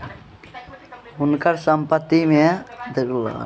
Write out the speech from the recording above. हुनकर संस्थान आब संपत्ति में निवेश करय लागल